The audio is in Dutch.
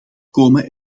komen